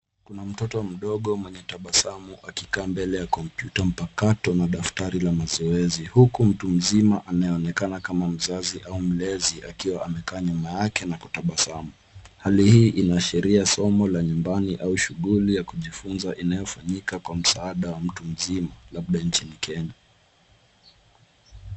Kuna mtoto mdogo mwenye tabasamu akikaa mbele ya kompyuta mpakato na daftari la mazoezi huku mtu mzima anayeonekana kama mzazi au mlezi akiwa amekaa nyuma yake na kutabasamu. Hali hii inaashiria somo la nyumbani au shughuli ya kujifunza inayofanyika kwa msaada wa mtu mzima labda nchini Kenya.